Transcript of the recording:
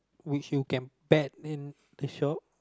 which you can bet in the shop